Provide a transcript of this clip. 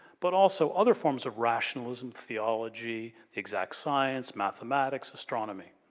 but also other forms of rationalism, theology, exact science, mathematics, astronomy.